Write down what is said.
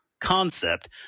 concept